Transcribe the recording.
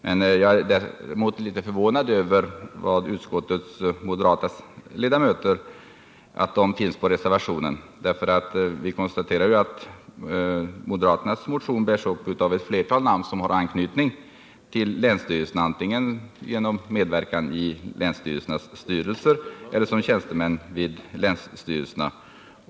Däremot är jag litet förvånad över att även utskottets moderata ledamöter står bakom reservationen. Vi konstaterar att moderaternas motion bärs upp av flera ledamöter som har anknytning till länsstyrelserna, antingen genom medverkan i länsstyrelsernas styrelser eller som tjänstemän i länsstyrelserna.